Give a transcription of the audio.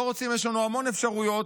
לא רוצים, יש לנו המון אפשרויות,